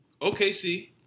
OKC